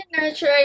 Nurture